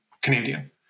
Canadian